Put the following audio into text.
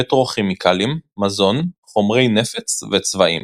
פטרוכימיקלים, מזון, חומרי נפץ וצבעים.